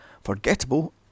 forgettable